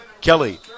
Kelly